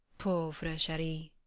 pauvre cherie.